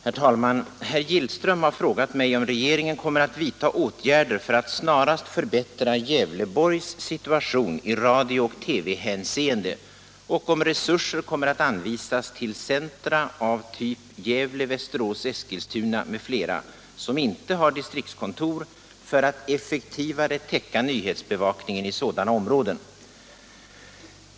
99, och anförde: Herr talman! Herr Gillström har frågat mig om regeringen kommer att vidta åtgärder för att snarast förbättra Gävleborgs situation i radiooch TV-hänseende och om resurser kommer att anvisas till centra av typ Gävle, Västerås, Eskilstuna m.fl. som inte har distriktskontor för att effektivare täcka nyhetsbevakningen i sådana områden.